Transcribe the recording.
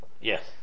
Yes